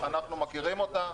אנחנו מכירים אותה.